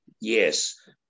Yes